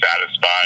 satisfied